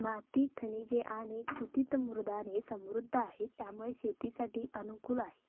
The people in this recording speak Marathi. माती खनिजे आणि कुथितमृदाने समृद्ध आहेत त्यामुळे शेतीसाठी अनुकूल आहे